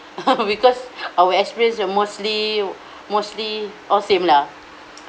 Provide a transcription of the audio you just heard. because our experience are mostly mostly all same lah